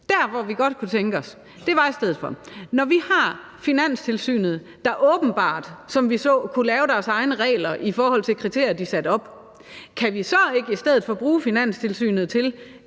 Det, vi godt kunne tænke os at sige i stedet for, er: Når vi har Finanstilsynet, der åbenbart, som vi så det, kan lave deres egne regler i forhold til kriterier, som de sætter op, kan vi så ikke i stedet for bruge Finanstilsynet på